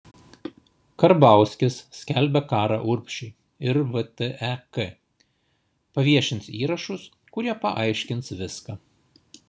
karbauskis skelbia karą urbšiui ir vtek paviešins įrašus kurie paaiškins viską